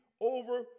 over